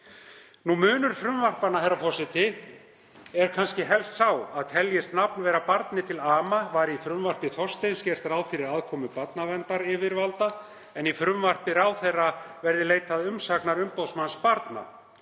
Munur frumvarpanna, herra forseti, er kannski helst sá að teljist nafn vera barni til ama var í frumvarpi Þorsteins gert ráð fyrir aðkomu barnaverndaryfirvalda en í frumvarpi ráðherra verður leitað umsagnar umboðsmanns barna.